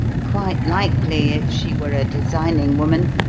quite likely, if she were a designing woman,